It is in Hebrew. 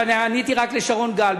אבל עניתי רק לשרון גל,